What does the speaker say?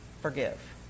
forgive